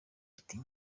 iti